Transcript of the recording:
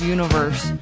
Universe